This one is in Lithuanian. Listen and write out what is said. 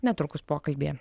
netrukus pokalbyje